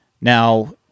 Now